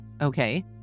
Okay